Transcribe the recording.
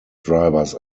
drivers